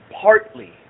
partly